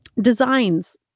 designs